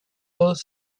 both